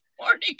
morning